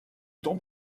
temps